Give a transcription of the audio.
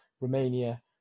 Romania